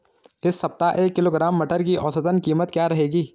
इस सप्ताह एक किलोग्राम मटर की औसतन कीमत क्या रहेगी?